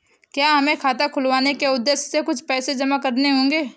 क्या हमें खाता खुलवाने के उद्देश्य से कुछ पैसे जमा करने होंगे?